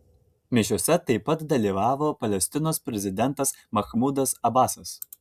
mišiose taip pat dalyvavo palestinos prezidentas mahmudas abasas